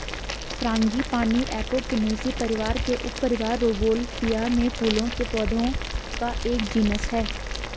frangipani apocynaceae परिवार के उपपरिवार रौवोल्फिया में फूलों के पौधों का एक जीनस है